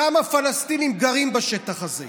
כמה פלסטינים גרים בשטח הזה?